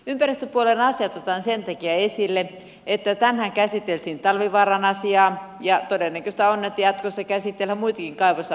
ympäristöpuolen asiat otan sen takia esille että tänään käsiteltiin talvivaaran asiaa ja todennäköistä on että jatkossa käsitellään muitakin kaivosasioita täällä